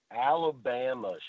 Alabama